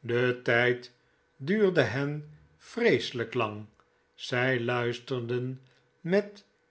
de tijd duurde hen vreeselijk lang zij luisterden met